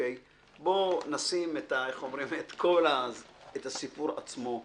בוא נשים את הסיפור עצמו.